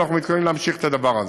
ואנחנו מתכוונים להמשיך את הדבר הזה.